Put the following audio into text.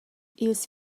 ils